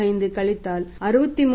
05 கழித்தல் 63